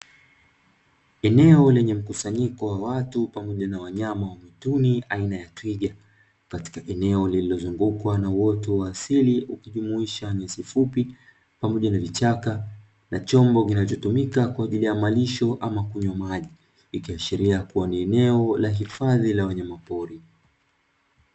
Eneo lenye mkusanyiko wa watu pamoja na wanyama wa mituni aina ya twiga katika eneo lililozungukwa na uoto wa asili, ukijumuisha nyasi fupi pamoja na vichaka na chombo, kinachotumika kwa ajili ya malisho ama kunywa maji ikiashiria kuwa ni eneo la hifadhi ya wanyama pori.